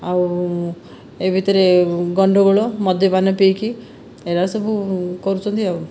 ଆଉ ଏ ଭିତରେ ଗଣ୍ଡଗୋଳ ମଦ୍ୟପାନ ପିଇକି ଏଗୁଡ଼ା ସବୁ କରୁଛନ୍ତି ଆଉ